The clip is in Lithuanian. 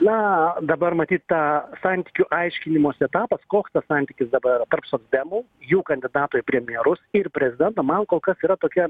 na dabar matyt tą santykių aiškinimosi etapas koks santykis dabar tarp socdemų jų kandidatų į premjerus ir prezidento man kol kas yra tokia